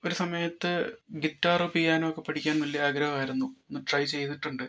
ഒരു സമയത്ത് guitar piano ഒക്കെ പഠിക്കാൻ വലിയ ആഗ്രഹമായിരുന്നു ഒന്ന് ട്രൈ ചെയ്തിട്ടുണ്ട്